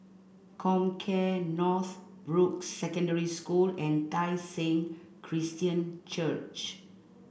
Comcare Northbrooks Secondary School and Tai Seng Christian Church